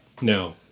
No